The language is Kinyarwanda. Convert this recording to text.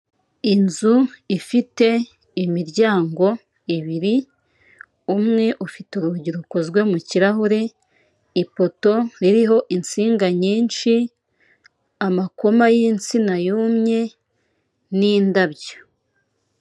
Inzu ifite imiryango ibiri, umwe ufite urugi rukozwe mu kirahuri, ipoto iriho insinga nyinshi, amakoma y'izina yumye n'indabyo.